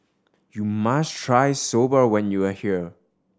you must try Soba when you are here